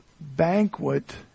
banquet